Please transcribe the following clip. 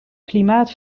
klimaat